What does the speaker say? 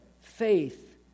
faith